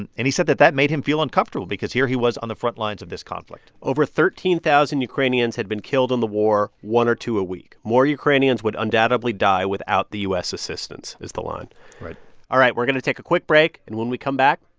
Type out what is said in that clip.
and and he said that that made him feel uncomfortable because here he was on the frontlines of this conflict over thirteen thousand ukrainians had been killed in the war one or two a week. more ukrainians would undoubtably die without the u s. assistance is the line right all right, we're going to take a quick break. and when we come back,